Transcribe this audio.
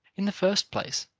in the first place,